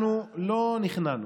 אנחנו לא נכנענו.